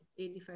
85%